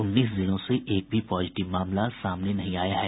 उन्नीस जिलों से एक भी पॉजिटिव मामला सामने नहीं आया है